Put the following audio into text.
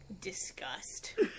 disgust